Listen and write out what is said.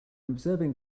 observing